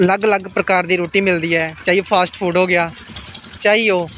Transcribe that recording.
अलग अलग प्रकार दी रुट्टी मिलदी ऐ चाहे ओह् फास्ट फूड हो गेआ चाहे ओह्